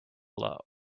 low